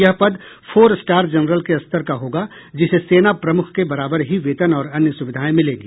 यह पद four star general के स्तर का होगा जिसे सेना प्रमुख के बराबर ही वेतन और अन्य सुविधाएं मिलेंगी